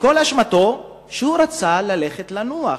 וכל אשמתו שהוא רצה ללכת לנוח,